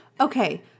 Okay